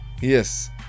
Yes